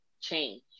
change